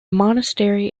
monastery